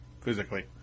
physically